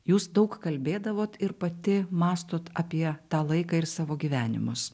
jūs daug kalbėdavot ir pati mąstot apie tą laiką ir savo gyvenimus